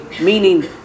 meaning